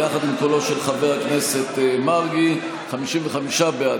וביחד עם קולו של חבר הכנסת מרגי 55 בעד,